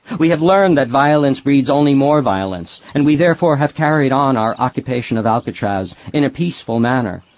we have learned that violence breeds only more violence and we therefore have carried on our occupation of alcatraz in a peaceful manner,